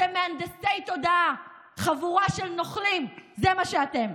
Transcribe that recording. אתם מהנדסי תודעה, חבורה של נוכלים, זה מה שאתם,